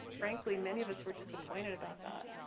frankly, many of us were disappointed about that.